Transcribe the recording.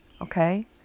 Okay